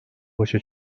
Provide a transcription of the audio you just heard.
başa